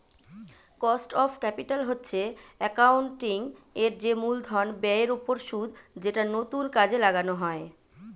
cost of capital হচ্ছে accounting এর যে মূলধন ব্যয়ের ওপর সুদ যেটা নতুন কাজে লাগানো হয়